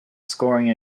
scoring